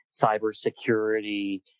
cybersecurity